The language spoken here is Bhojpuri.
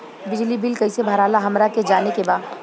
बिजली बिल कईसे भराला हमरा के जाने के बा?